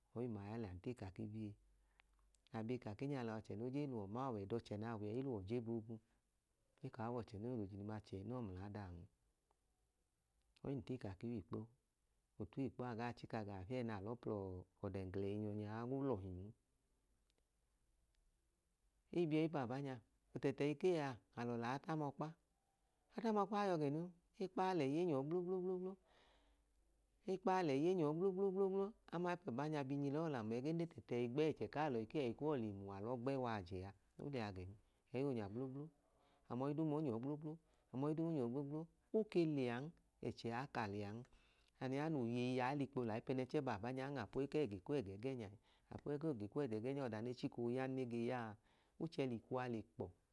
Ọyim aya lẹan tiikaki biye, abiikaki nya liya ọchẹ no jen luọ ma ọwẹ ẹd'ọchẹ naa wẹa eluwọ je boobu, eka wo ọchẹ noi lojilima chẹẹnọ ml'aadaan. oyim tiikaki w'ikpo, otu w'ikpoa gaa chika gaa fie naa lọọ plọọ ọdẹnglẹẹ inyọ nyaa olọhin. Ebiẹyi baabanya otẹtẹ ekeia alọ la atamọkpa, atamọkpaa yọ gẹ noo ekpaa lẹyi enyọọ gblogblogblo ekpaa lẹyi enyọọ gblogblogblo amaipẹn banya biinyilẹyi ọlamu ẹgẹ ne tẹtẹi gbẹyi ẹchẹ k'alọ ekei ẹyi kuwọ le mu alọ gbẹ w'aajẹaa oliya gẹn ẹyi onya gblogblo amọyi duu ma onyọọ gblogblo amọyi du onya gblogblo, oke liyan ẹchẹ a ka liyan. ọda noo ya noo yeyia l'ikpo layi pẹnẹnchẹ baabanyan apo ekẹẹ gekwu ẹgẹẹgẹnyae ọda ne chiko yan nege yaa ochẹ l'ikwua le